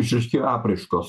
išryškėjo apraiškos